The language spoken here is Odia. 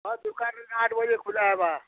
ହଁ ଦୁକାନ୍ ଏଇନା ଆଠ୍ ବଜେ ଖୁଲାହେବା